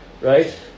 right